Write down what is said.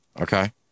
Okay